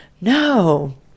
no